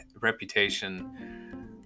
reputation